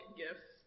gifts